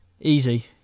Easy